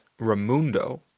Ramundo